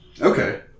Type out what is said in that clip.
okay